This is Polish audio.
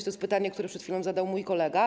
Jest też pytanie, które przed chwilą zadał mój kolega.